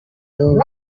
love